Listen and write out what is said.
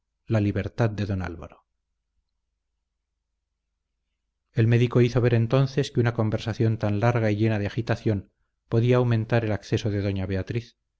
la libertad de don álvaro el médico hizo ver entonces que una conversación tan larga y llena de agitación podía aumentar el acceso de doña beatriz